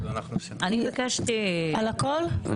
קיבלת.